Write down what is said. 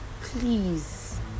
please